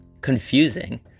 confusing